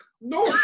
No